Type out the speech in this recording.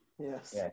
yes